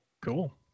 Cool